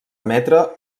emetre